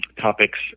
topics